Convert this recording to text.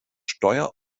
steuer